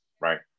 right